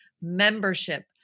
membership